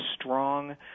strong